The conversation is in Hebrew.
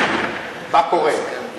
הערת ביניים, הערת ביניים.